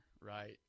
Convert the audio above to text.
right